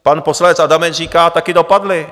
Pan poslanec Adamec říká taky dopadli.